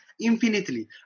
infinitely